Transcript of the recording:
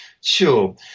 sure